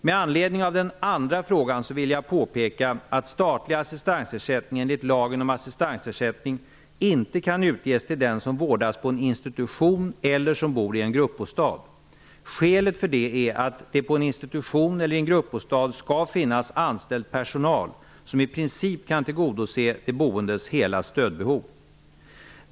Med anledning av den andra frågan vill jag påpeka att statlig assistansersättning enligt lagen om assistentersättning inte kan utges till den som vårdas på en institution eller som bor i en gruppbostad. Skälet för detta är att det på en institution eller i en gruppbostad skall finnas anställd personal som i princip kan tillgodose de boendes hela stödbehov.